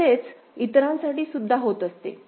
तसेच इतरांसाठी सुद्धा होत असते